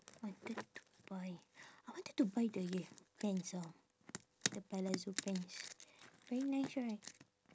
wanted to buy I wanted to buy the pants ah the palazzo pants very nice right